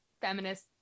feminist